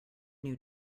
new